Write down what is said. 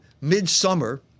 midsummer